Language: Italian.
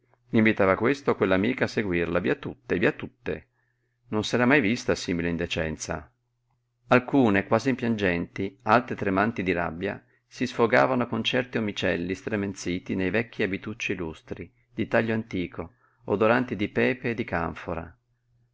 questa o quell'amica a seguirla via tutte via tutte non s'era mai vista simile indecenza alcune quasi piangenti altre tremanti di rabbia si sfogavano con certi omicelli stremenziti nei vecchi abitucci lustri di taglio antico odoranti di pepe e di canfora